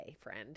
friend